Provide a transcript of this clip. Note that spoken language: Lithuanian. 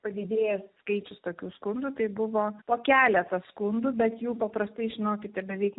padidėjęs skaičius tokių skundų tai buvo po keletą skundų bet jų paprastai žinokite beveik